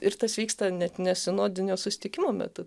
ir tas vyksta net ne sinodinio susitikimo metu